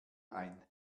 ein